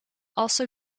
also